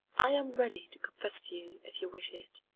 i am ready to confess to you if you wish it,